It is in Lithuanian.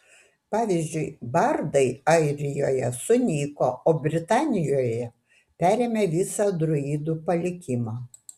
pavyzdžiui bardai airijoje sunyko o britanijoje perėmė visą druidų palikimą